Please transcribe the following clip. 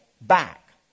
back